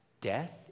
death